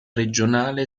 regionale